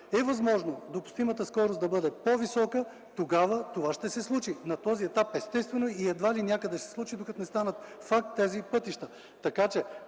е възможно допустимата скорост да бъде по-висока, тогава това ще се случи. На този етап едва ли някъде ще се случи, докато тези пътища